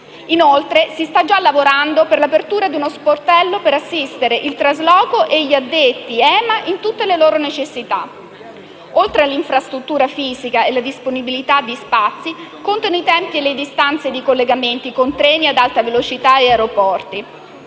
Inoltre, si sta già lavorando per l'apertura di uno sportello per assistere il trasloco e gli addetti EMA in tutte le loro necessità. Oltre all'infrastruttura fisica e alla disponibilità di spazi, contano i tempi e le distanze dei collegamenti con treni ad alta velocità e aeroporti,